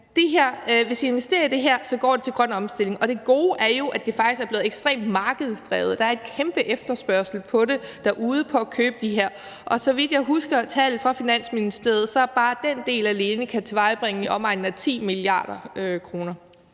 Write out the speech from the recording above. hvis I investerer i det her, går det til grøn omstilling, og det gode er jo, at det faktisk er blevet ekstremt markedsdrevet. Der er en kæmpe efterspørgsel på det derude, på at købe det her, og så vidt jeg husker tallene fra Finansministeriet, kan bare den del alene tilvejebringe i omegnen af 10 mia. kr.